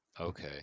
Okay